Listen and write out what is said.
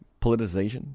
politicization